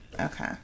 Okay